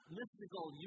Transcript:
mystical